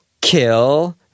kill